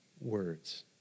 words